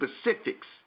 specifics